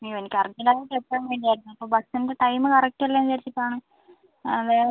അയ്യോ എനിക്ക് അർജൻറ്റ് ആയിട്ട് എത്താൻ വേണ്ടിയായിരുന്നു അപ്പം ബസ്സിൻ്റെ ടൈമ് കറക്റ്റ് അല്ലേന്ന് വിചാരിച്ചിട്ടാണ് വേഗം